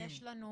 יש לנו